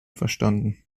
verstanden